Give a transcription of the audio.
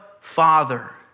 Father